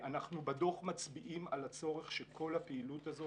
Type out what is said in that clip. אנחנו בדוח מצביעים על הצורך שכל הפעילות הזאת